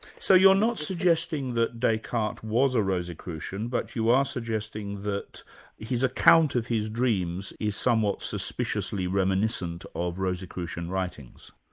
so you're not suggesting that descartes was a rosicrucian, but you are suggesting that his account of his dreams is somewhat suspiciously reminiscent of rosicrucian writings?